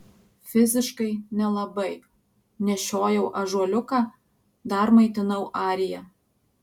fiziškai nelabai nešiojau ąžuoliuką dar maitinau ariją